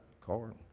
car